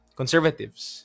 conservatives